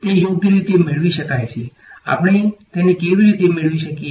તે યોગ્ય રીતે મેળવી શકાય છે આપણે તેને કેવી રીતે મેળવી શકીએ